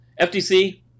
ftc